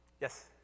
Yes